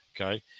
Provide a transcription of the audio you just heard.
Okay